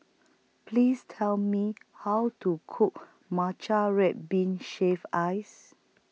Please Tell Me How to Cook Matcha Red Bean Shaved Ice